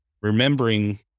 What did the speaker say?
remembering